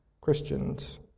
Christians